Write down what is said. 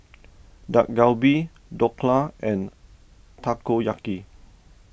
Dak Galbi Dhokla and Takoyaki